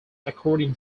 according